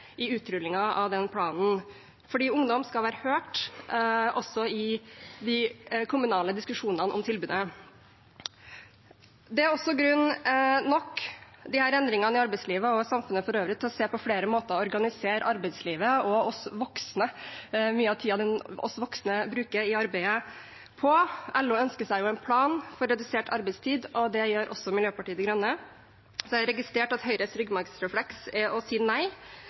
i utrullingen av den planen. For ungdom skal være hørt også i de kommunale diskusjonene om tilbudet. Det er også grunn nok med disse endringene i arbeidslivet og samfunnet for øvrig til å se på flere måter å organisere arbeidslivet på og mye av tiden vi voksne bruker i arbeidet. LO ønsker seg jo en plan for redusert arbeidstid. Det gjør også Miljøpartiet De Grønne. Så har jeg registrert at Høyres ryggmargsrefleks er å si nei,